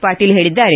ಪಾಟೀಲ್ ಹೇಳದ್ದಾರೆ